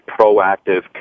proactive